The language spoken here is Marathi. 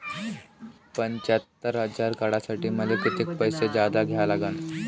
पंच्यात्तर हजार काढासाठी मले कितीक पैसे जादा द्या लागन?